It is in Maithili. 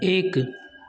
एक